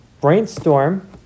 brainstorm